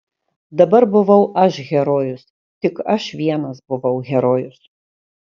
dabar buvau aš herojus tik aš vienas buvau herojus